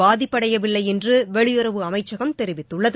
பாதிப்பு அடையவில்லை என்று வெளியுறவுத்துறை அமைச்சகம் தெரிவித்துள்ளது